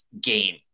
game